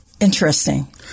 Interesting